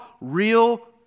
real